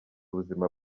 ubuzima